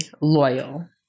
loyal